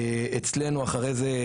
אצלנו אחרי זה,